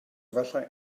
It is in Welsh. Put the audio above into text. efallai